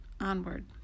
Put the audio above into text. onward